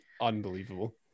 unbelievable